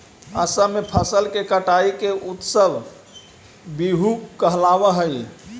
असम में फसल के कटाई के उत्सव बीहू कहलावऽ हइ